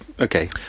Okay